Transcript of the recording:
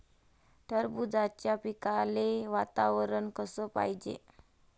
टरबूजाच्या पिकाले वातावरन कस पायजे?